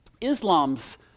Islam's